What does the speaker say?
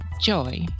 joy